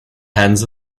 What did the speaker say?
hands